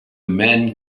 main